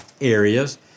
areas